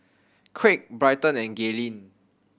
Craig Bryton and Gaylene